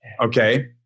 okay